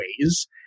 ways